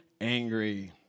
angry